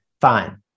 fine